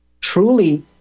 truly